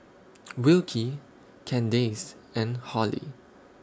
Wilkie Candace and Hollie